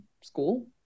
school